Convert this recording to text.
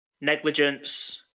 Negligence